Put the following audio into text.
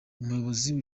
umuyobozi